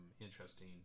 interesting